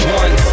one